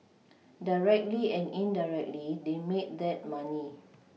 directly and indirectly they made that money